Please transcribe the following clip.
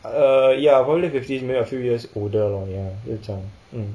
uh ya won't say fifties 没有 a few years older lah ya 这种